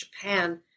Japan